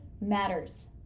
matters